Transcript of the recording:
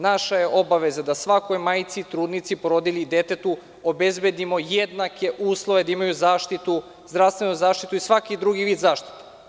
Naša je obaveza da svakoj majci, trudnici, porodilji i detetu obezbedimo jednake uslove da imaju zdravstvenu zaštitu i svaki drugi vid zaštite.